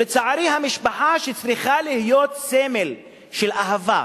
לצערי, המשפחה, שצריכה להיות סמל של אהבה,